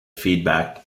feedback